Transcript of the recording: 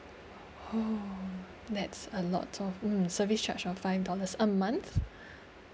oh that's a lot of mm service charge of five dollars a month